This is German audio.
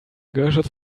gehörschutz